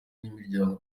n’imiryango